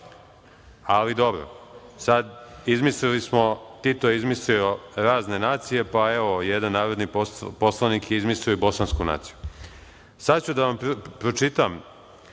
ali dobro, Tito je izmislio razne nacije, pa evo jedan narodni poslanik je izmislio bosansku naciju. Sada ću da vam pročitam